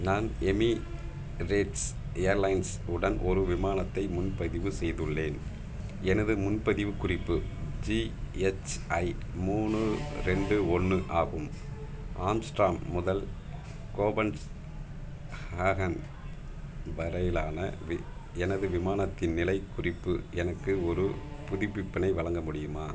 நான் Emirates Airlines உடன் ஒரு விமானத்தை முன்பதிவு செய்துள்ளேன் எனது முன்பதிவு குறிப்பு ஜிஎச்ஐ மூணு ரெண்டு ஒன்று ஆகும் ஆம்ஸ்ட்ராம் முதல் கோபன்ஸ் ஹேகன் வரையிலான வி எனது விமானத்தின் நிலை குறிப்பு எனக்கு ஒரு புதுப்பிப்பினை வழங்க முடியுமா